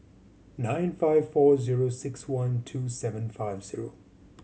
nine five four zero six one two seven five zero